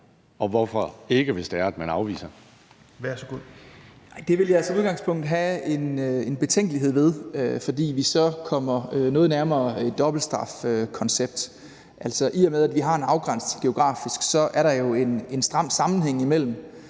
(Christian Rabjerg Madsen): Det vil jeg som udgangspunkt have en betænkelighed ved, fordi vi så kommer noget nærmere et dobbeltstrafkoncept. I og med at vi har en afgrænsning geografisk, er der jo en stram sammenhæng mellem